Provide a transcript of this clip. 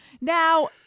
now